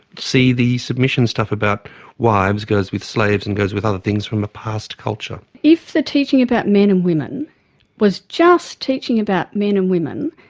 see the submission stuff about wives goes with slaves and goes with other things from a past culture. if the teaching about men and women was just teaching about men and women,